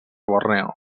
borneo